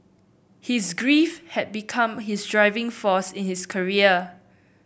his grief had become his driving force in his career